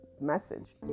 message